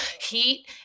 heat